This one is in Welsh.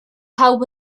pawb